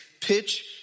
pitch